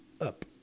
up